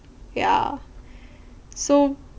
ya so